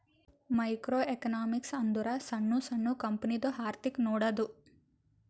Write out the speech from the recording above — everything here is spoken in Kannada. ಮೈಕ್ರೋ ಎಕನಾಮಿಕ್ಸ್ ಅಂದುರ್ ಸಣ್ಣು ಸಣ್ಣು ಕಂಪನಿದು ಅರ್ಥಿಕ್ ನೋಡದ್ದು